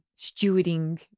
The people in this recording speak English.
stewarding